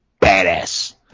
badass